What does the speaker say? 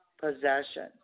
Possession